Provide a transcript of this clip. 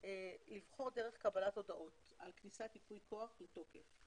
לבחור דרך קבלת הודעות על כניסת ייפוי כוח לתוקף.